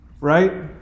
Right